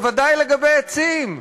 בוודאי לגבי עצים.